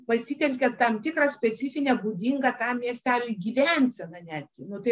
pasitelkiant tam tikrą specifinę būdingą tam miesteliui gyvenseną net gi nu tai